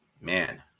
man